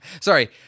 Sorry